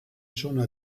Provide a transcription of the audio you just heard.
sono